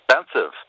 expensive